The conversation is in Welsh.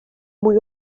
mwy